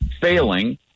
failing